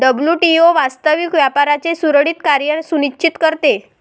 WTO वास्तविक व्यापाराचे सुरळीत कार्य सुनिश्चित करते